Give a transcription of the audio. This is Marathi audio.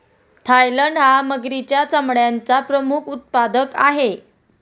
थायलंड हा मगरीच्या चामड्याचा प्रमुख उत्पादक आहे